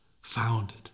founded